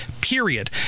period